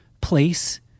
place